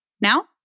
Now